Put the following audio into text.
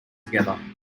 together